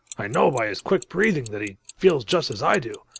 i know by his quick breathing that he feels just as i do.